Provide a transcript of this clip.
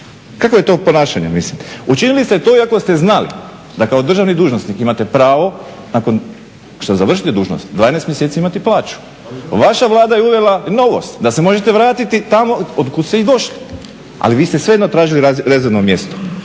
Kakvo je to ponašanje? Učinili ste to iako ste znali da kao državni dužnosnik imate pravo nakon što završite dužnost, 12 mjeseci imati plaću. Vaša Vlada je uvela novost da se možete vratiti tamo otkud ste i došli, ali vi ste svejedno tražili rezervno mjesto.